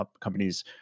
companies